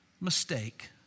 mistake